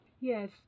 Yes